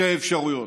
שתי אפשרויות: